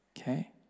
okay